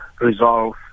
resolve